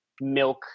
milk